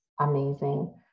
Amazing